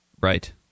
Right